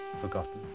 forgotten